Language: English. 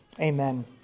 Amen